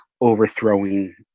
overthrowing